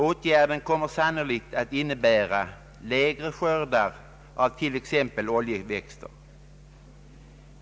Åtgärden kommer sannolikt att innebära lägre skördar av t.ex. oljeväxter.